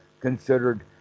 considered